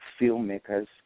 filmmakers